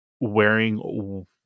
wearing